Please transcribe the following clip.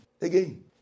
Again